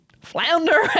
flounder